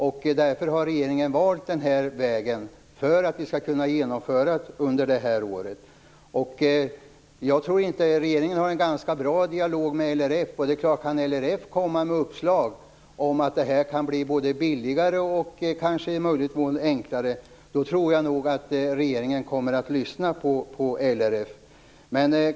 Därför har regeringen valt den här vägen, för att vi skall kunna genomföra det under detta år. Regeringen har en ganska bra dialog med LRF. Om LRF kan komma med uppslag till hur det här skall kunna bli både billigare och enklare tror jag att regeringen kommer att lyssna på LRF.